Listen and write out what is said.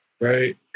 right